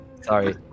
sorry